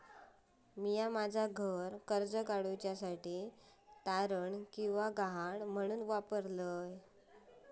म्या माझा घर कर्ज काडुच्या साठी तारण किंवा गहाण म्हणून वापरलो आसा